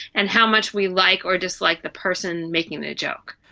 and how much we like or dislike the person making the joke.